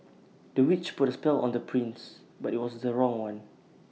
the witch put A spell on the prince but IT was the wrong one